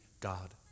God